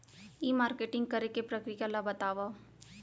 ई marketing करे के प्रक्रिया ला बतावव?